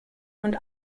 und